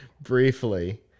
briefly